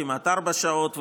כמעט ארבע שעות,